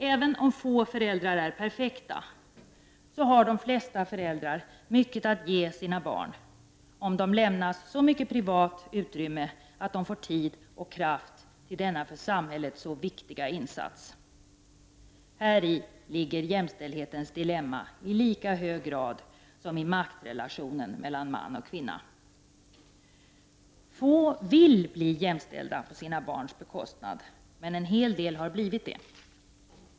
Även om få föräldrar är perfekta har de flesta föräldrar mycket att ge sina barn, om de lämnas så mycket privat utrymme att de får tid och kraft till denna för samhället så viktiga insats. Häri ligger jämställdhetens dilemma i lika hög grad som i maktrelationen mellan man och kvinna. Få vill bli jämställda på sina barns bekostnad, men en hel del har blivit det.